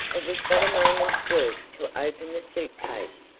it was but a moment's work to open the suit-case,